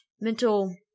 mental